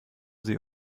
sie